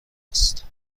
است